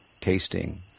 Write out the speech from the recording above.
tasting